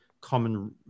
common